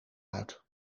uit